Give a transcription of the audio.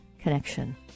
connection